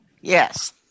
Yes